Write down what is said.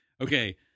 okay